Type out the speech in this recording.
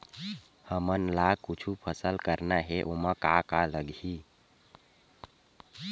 हमन ला कुछु फसल करना हे ओमा का का लगही?